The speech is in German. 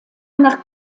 nach